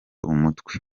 umutwe